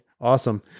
Awesome